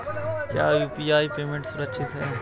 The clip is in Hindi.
क्या यू.पी.आई पेमेंट सुरक्षित है?